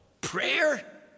prayer